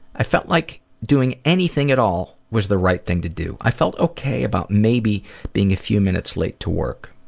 i felt like doing anything at all was the right thing to do. i felt okay about maybe being a few minutes late to work.